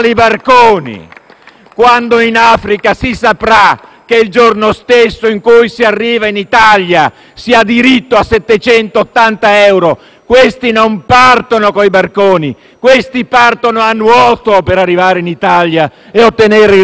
Quando in Africa si saprà che il giorno stesso in cui si arriva in Italia si ha diritto a 780 euro, dall'Africa non partiranno con i barconi, ma a nuoto per arrivare in Italia e ottenere il reddito di cittadinanza.